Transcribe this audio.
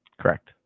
Correct